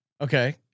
Okay